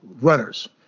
runners